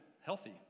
healthy